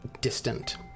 distant